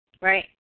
right